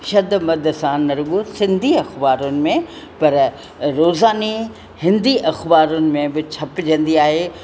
छद मद सां न रुॻो सिंधी अख़बारुनि में पर रोज़ाने हिंदी अख़बारुनि में बि छपजंदी आहे